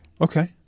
Okay